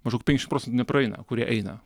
maždaug penkiasdešim prosentų nepraeina kurie eina